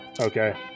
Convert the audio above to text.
Okay